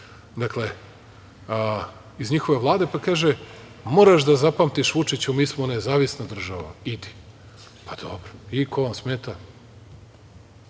lideri. Dakle, iz njihove Vlade, pa kaže - moraš da zapamtiš Vučiću, mi smo nezavisna država, idi. Pa, dobro. I, ko vam smeta?